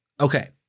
Okay